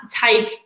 take